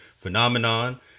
phenomenon